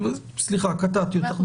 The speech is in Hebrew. סליחה, קטעתי אותך.